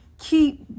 Keep